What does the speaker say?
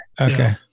Okay